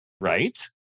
right